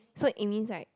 so it means right